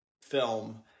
film